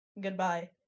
goodbye